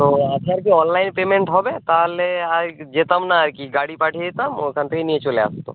তো আপনার কি অনলাইন পেমেন্ট হবে তাহলে আর যেতাম না আর কি গাড়ি পাঠিয়ে দিতাম ওখান থেকে নিয়ে চলে আসতো